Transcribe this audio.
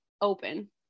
open